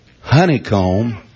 honeycomb